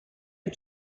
had